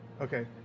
Okay